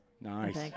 Nice